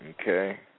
Okay